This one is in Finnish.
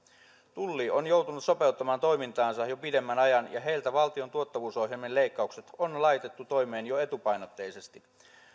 tulli on joutunut sopeuttamaan toimintaansa jo pidemmän ajan ja heiltä valtion tuottavuusohjelmien leikkaukset on laitettu toimeen jo etupainotteisesti